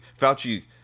Fauci